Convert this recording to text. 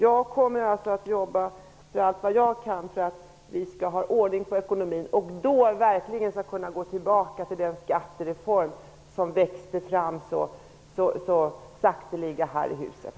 Jag kommer att jobba allt vad jag kan för att vi skall få ordning på ekonomin och verkligen kunna gå tillbaka till den skattereform som växte fram så sakteliga här i huset.